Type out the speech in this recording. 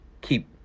keep